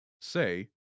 Say